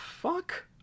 fuck